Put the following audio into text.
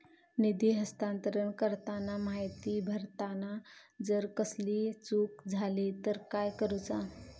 निधी हस्तांतरण करताना माहिती भरताना जर कसलीय चूक जाली तर काय करूचा?